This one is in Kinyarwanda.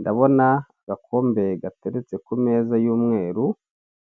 Ndabona agakombe gateretse ku meza y'umweru,